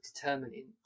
determining